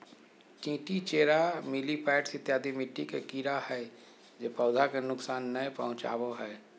चींटी, चेरा, मिलिपैड्स इत्यादि मिट्टी के कीड़ा हय जे पौधा के नुकसान नय पहुंचाबो हय